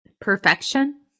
Perfection